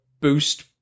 Boost